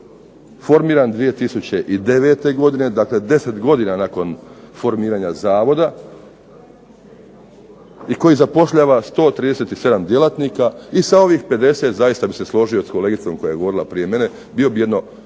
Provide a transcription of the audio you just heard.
formiran 2009. godine. Dakle, 10 godina nakon formiranja Zavoda i koji zapošljava 137 djelatnika i sa ovih 50 zaista bih se složio sa kolegicom koja je govorila prije mene. Bio bi jedno